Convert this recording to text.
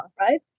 right